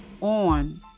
on